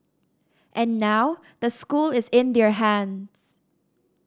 and now the school is in their hands